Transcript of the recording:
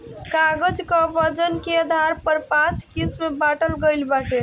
कागज कअ वजन के आधार पर पाँच किसिम बांटल गइल बाटे